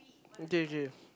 did you